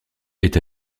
est